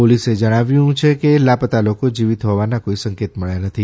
પોલીસેએ જણાવ્યું કે લાપતા લોકો જીવીત હોવાના કોઇ સંકેત મળ્યા નથી